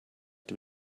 dem